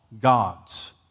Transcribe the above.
God's